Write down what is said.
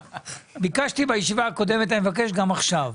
ביקשתי בישיבה הקודמת ואני מבקש גם עכשיו: